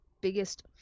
biggest